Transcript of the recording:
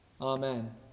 Amen